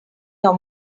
your